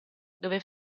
dove